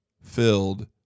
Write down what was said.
filled